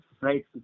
Right